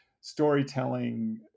storytelling